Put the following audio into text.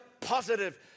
positive